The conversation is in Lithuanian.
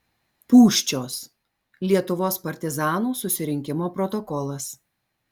pūščios lietuvos partizanų susirinkimo protokolas